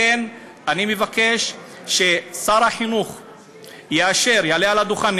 לכן אני מבקש ששר החינוך יאשר, יעלה על הדוכן.